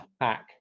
hack